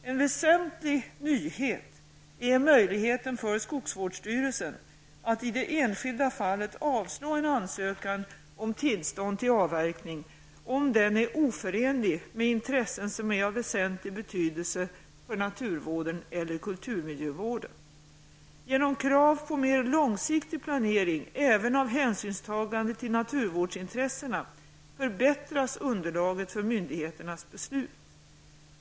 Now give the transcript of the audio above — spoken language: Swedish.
En väsentlig nyhet är möjligheten för skogsvårdsstyrelsen att i det enskilda fallet avslå en ansökan om tillstånd till avverkning om den är oförenlig med intressen som är av väsentlig betydelse för naturvården eller kulturmiljövården. Genom krav på mer långsiktig planering även av hänsynstagandet till naturvårdsintressena förbättras underlaget för myndigheternas beslut.